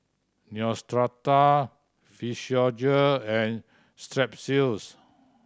Neostrata Physiogel and Strepsils